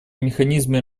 механизме